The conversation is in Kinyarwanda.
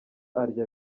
arya